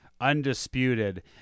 undisputed